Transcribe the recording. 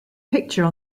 picture